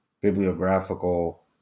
bibliographical